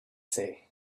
say